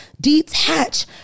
Detach